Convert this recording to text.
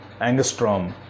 angstrom